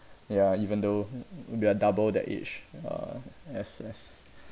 ya even though we are double that age uh as as